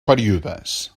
períodes